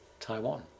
taiwan